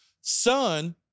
son